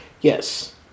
yes